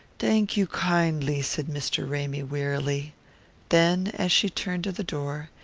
thank you kindly, said mr. ramy wearily then, as she turned the door,